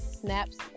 snaps